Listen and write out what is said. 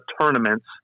tournaments